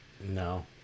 No